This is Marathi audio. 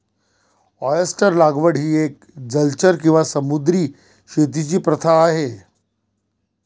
ऑयस्टर लागवड ही एक जलचर किंवा समुद्री शेतीची प्रथा आहे